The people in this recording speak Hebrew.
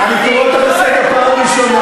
חברת הכנסת רוזין,